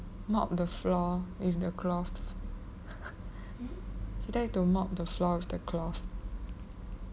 mop the floor with the cloth she like to mop the floor with the cloth